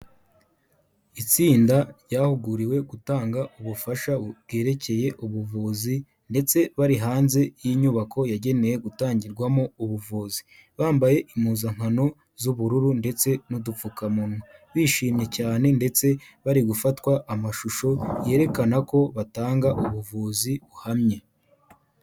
Itsinda ryahuguriwe gutanga ubufasha bwerekeye ubuvuzi ndetse bari hanze y'inyubako yagenewe gutangirwamo ubuvuzi, bambaye impuzankano z'ubururu ndetse n'udupfukamunwa, bishimye cyane ndetse bari gufatwa amashusho yerekana ko batanga ubuvuzi buhamye.